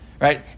Right